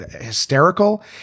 hysterical